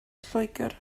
lloegr